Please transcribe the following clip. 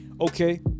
okay